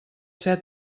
ser